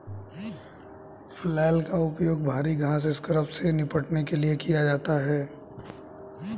flail का उपयोग भारी घास स्क्रब से निपटने के लिए किया जाता है